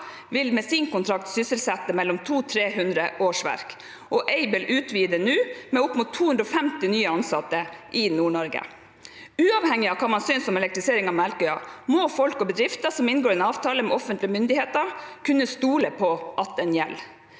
vil med sin kontrakt gi mellom 200 og 300 årsverk, og Aibel utvider nå med opp mot 250 nye ansatte i Nord-Norge. Uavhengig av hva man synes om elektrifisering av Melkøya, må folk og bedrifter som inngår en avtale med offentlige myndigheter, kunne stole på at den gjelder.